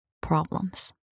problems